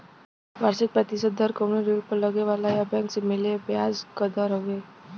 वार्षिक प्रतिशत दर कउनो ऋण पर लगे वाला या बैंक से मिले ब्याज क दर हउवे